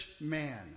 man